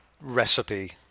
recipe